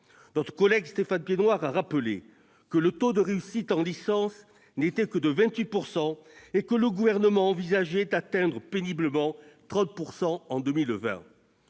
Notre collègue Stéphane Piednoir a rappelé que le taux de réussite en licence n'était que de 28 % et que le Gouvernement envisageait d'atteindre péniblement 30 % en 2020.